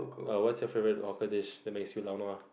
oh what's your favourite hawker dish that makes you laonua